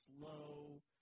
slow –